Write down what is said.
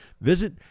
visit